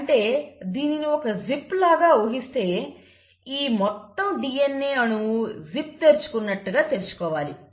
అంటే దీనిని ఒక జిప్ లాగా ఊహిస్తే ఈ మొత్తం DNA అణువు జిప్ తెరుచుకున్నట్టుగా తెరుచుకోవాలి